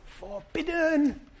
forbidden